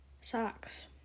Socks